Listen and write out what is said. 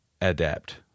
adapt